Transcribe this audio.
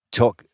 talk